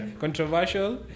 Controversial